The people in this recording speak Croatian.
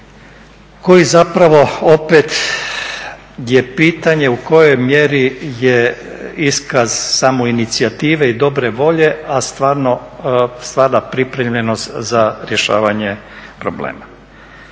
koji zapravo je opet pitanje u kojoj mjeri je iskaz samoinicijative i dobre volje, a stvara pripremljenost za rješavanje problema